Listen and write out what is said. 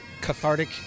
cathartic